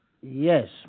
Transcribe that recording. Yes